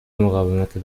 مقاومت